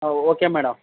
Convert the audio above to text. ಹಾಂ okay madam